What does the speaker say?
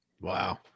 Wow